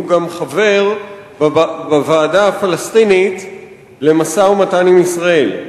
והוא גם חבר בוועדה הפלסטינית למשא-ומתן עם ישראל.